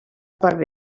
part